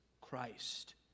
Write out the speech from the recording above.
Christ